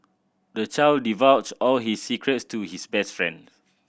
the child divulged all his secrets to his best friend